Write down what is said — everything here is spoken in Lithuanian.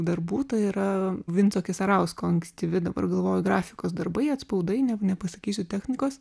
darbų tai yra vinco kisarausko ankstyvi dabar galvoju grafikos darbai atspaudai ne nepasakysiu technikos